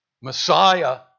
Messiah